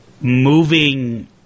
moving